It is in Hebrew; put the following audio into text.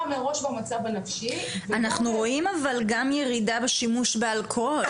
מראש במצב הנפשי --- אנחנו רואים אבל גם ירידה בשימוש באלכוהול.